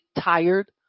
tired